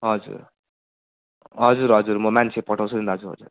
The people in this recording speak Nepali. हजुर हजुर हजुर म मान्छे पठाउँछु नि दाजु हजुर